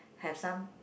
have some